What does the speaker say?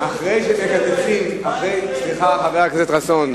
חבר הכנסת מוזס, מה יקרה אם לא?